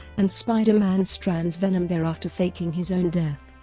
and spider-man strands venom there after faking his own death.